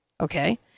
Okay